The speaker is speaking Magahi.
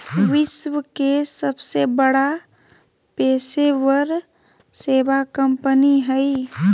विश्व के सबसे बड़ा पेशेवर सेवा कंपनी हइ